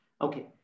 Okay